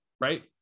right